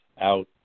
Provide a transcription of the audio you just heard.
out